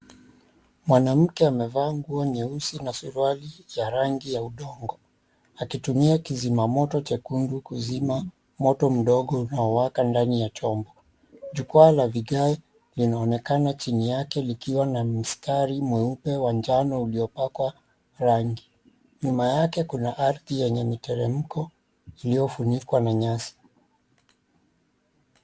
Mwanamke amevaa nguo nyeusi na suruali ya rangi ya udongo, akitumia kizima moto chekundu kuzima moto mdogo unaowaka ndani ya chombo. Jukwaa la vigai linaonekana chini yake likiwa na mstari mweupe wa njano uliopakwa rangi. Nyuma yake kuna ardhi yenye miteremko iliofunikwa na nyasi.